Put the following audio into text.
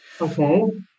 Okay